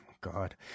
God